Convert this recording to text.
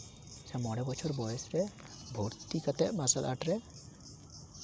ᱥᱮ ᱢᱚᱬᱮ ᱵᱚᱪᱷᱚᱨ ᱵᱚᱭᱮᱥ ᱨᱮ ᱵᱷᱚᱨᱛᱤ ᱠᱟᱛᱮᱜ ᱢᱟᱨᱥᱟᱞ ᱟᱨᱴ ᱨᱮ